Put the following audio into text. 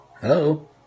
Hello